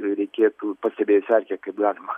reikėtų pastebėjus erkę kaip galima